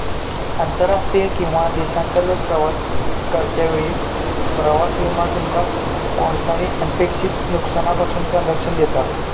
आंतरराष्ट्रीय किंवा देशांतर्गत प्रवास करतो वेळी प्रवास विमो तुमका कोणताही अनपेक्षित नुकसानापासून संरक्षण देता